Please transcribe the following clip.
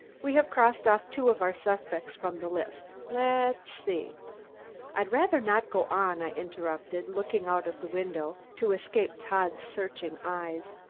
we have crossed off two of our suspects from the list, let's see i'd rather not go on, i interrupted, looking out of the window to escape todd's searching eyes.